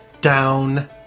down